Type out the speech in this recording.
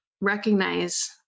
recognize